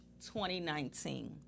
2019